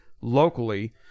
locally